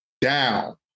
down